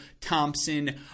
Thompson